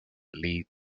lead